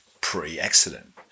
pre-accident